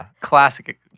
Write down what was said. classic